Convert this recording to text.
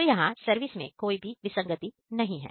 तो यहां सर्विस में कोई भी विसंगति नहीं है